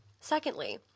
Secondly